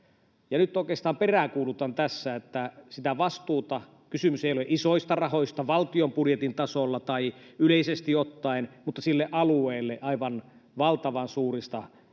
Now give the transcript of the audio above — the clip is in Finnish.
Nyt oikeastaan peräänkuulutan tässä sitä vastuuta. Kysymys ei ole isoista rahoista valtion budjetin tasolla tai yleisesti ottaen mutta sille alueelle aivan valtavan suurista suhteellisista